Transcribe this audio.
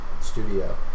studio